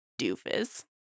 doofus